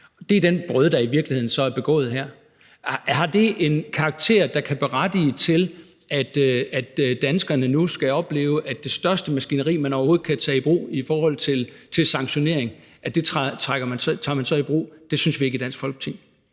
Det er den brøde, der i virkeligheden så er begået her. Har det en karakter, der kan berettige til, at danskerne nu skal opleve, at vi tager det største maskineri i brug, man overhovedet kan tage i brug i forhold til sanktionering? Det synes vi ikke i Dansk Folkeparti.